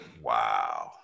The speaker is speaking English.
Wow